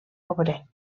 obrer